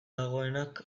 dagoenak